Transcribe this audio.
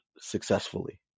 successfully